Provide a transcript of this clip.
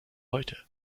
heute